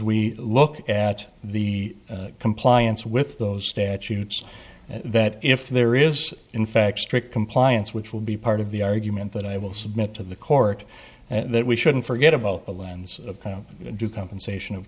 we look at the compliance with those statutes that if there is in fact strict compliance which will be part of the argument that i will submit to the court that we shouldn't forget about the lens of due compensation of